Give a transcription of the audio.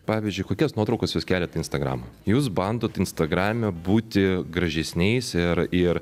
pavyzdžiui kokias nuotraukas jus keliat į instagramą jus bandot instagrame būti gražesniais ir ir